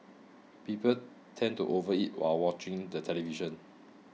people tend to overeat while watching the television